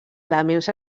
elements